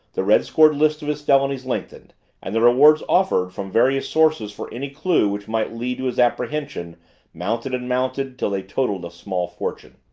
the red-scored list of his felonies lengthened and the rewards offered from various sources for any clue which might lead to his apprehension mounted and mounted till they totaled a small fortune.